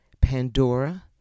Pandora